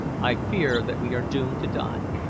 i fear that we are doomed to die.